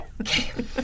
Okay